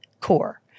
core